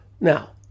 Now